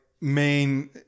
main